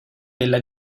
della